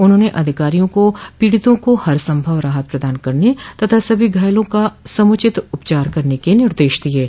उन्हाने अधिकारियों को पीड़ितों को हर सम्भव राहत पदान करने तथा सभी घायलों का समुचित उपचार कराने का निर्देश दिये हैं